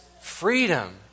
freedom